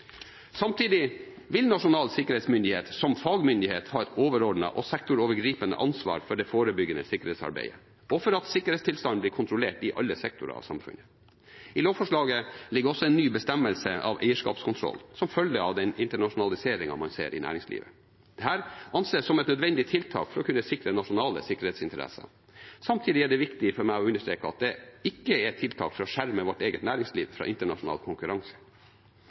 Samtidig vil Nasjonal sikkerhetsmyndighet som fagmyndighet ha et overordnet og sektorovergripende ansvar for det forebyggende sikkerhetsarbeidet, og for at sikkerhetstilstanden blir kontrollert i alle sektorer i samfunnet. I lovforslaget ligger også en ny bestemmelse om eierskapskontroll som følge av den internasjonaliseringen man ser i næringslivet. Dette anses som et nødvendig tiltak for å kunne sikre nasjonale sikkerhetsinteresser. Samtidig er det viktig for meg å understreke at det ikke er et tiltak for å skjerme vårt eget næringsliv fra internasjonal konkurranse.